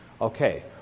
Okay